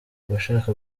uwashaka